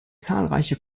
zahlreiche